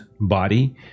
body